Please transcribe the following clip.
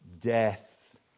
death